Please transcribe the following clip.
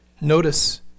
Notice